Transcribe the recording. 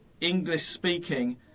English-speaking